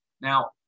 Now